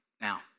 Now